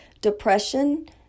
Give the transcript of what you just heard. depression